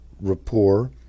Rapport